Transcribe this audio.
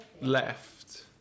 left